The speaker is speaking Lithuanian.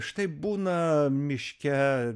štai būna miške